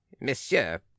Monsieur